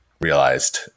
realized